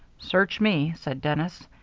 search me, said dennis.